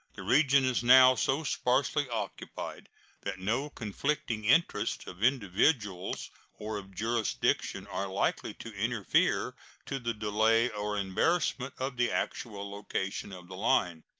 the region is now so sparsely occupied that no conflicting interests of individuals or of jurisdiction are likely to interfere to the delay or embarrassment of the actual location of the line.